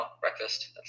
breakfast